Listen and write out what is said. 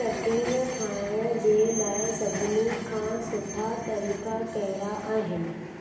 चटणीअ ठाहिण जे लाइ सभिनी खां सुठा तरीक़ा कहिड़ा आहिनि